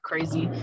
Crazy